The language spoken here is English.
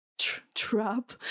trap